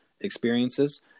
experiences